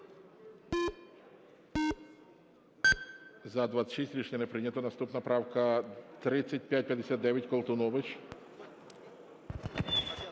За-33 Рішення не прийнято. Наступна правка 3639, Колтунович